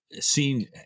seen